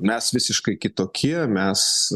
mes visiškai kitokie mes